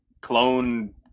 clone